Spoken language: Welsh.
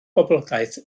boblogaeth